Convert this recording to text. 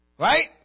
Right